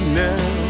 now